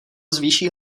zvýší